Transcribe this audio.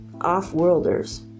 off-worlders